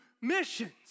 missions